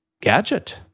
gadget